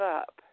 up